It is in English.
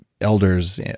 elders